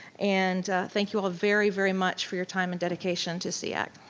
and thank you all very, very much for your time and dedication to seac.